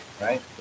right